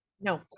no